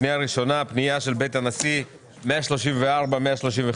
הפנייה הראשונה היא פניות של בית הנשיא 134 ו-135.